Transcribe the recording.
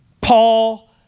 Paul